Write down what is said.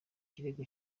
kirego